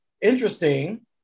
interesting